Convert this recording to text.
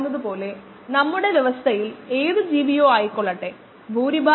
അതിനാൽ നമുക്ക് ഇവിടെയുള്ള mx എന്നത് വോളിയത്തിലേക്ക് കോശങ്ങളുടെ സാന്ദ്രത xv ആണ്